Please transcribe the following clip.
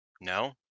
No